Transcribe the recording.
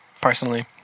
personally